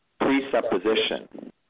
presupposition